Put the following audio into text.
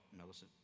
Melissa